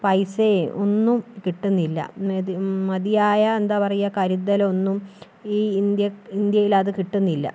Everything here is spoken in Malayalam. പൈസയും ഒന്നും കിട്ടുന്നില്ല മ് മതിയായ എന്താ പറയുക കരുതൽ ഒന്നും ഈ ഇന്ത്യ ഇന്ത്യയിൽ അതൊന്നും കിട്ടുന്നില്ല